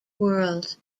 world